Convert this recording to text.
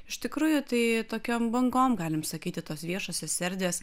iš tikrųjų tai tokiom bangom galim sakyti tos viešosios erdvės